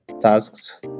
tasks